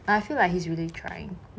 I feel like he's really trying